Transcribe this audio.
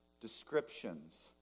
descriptions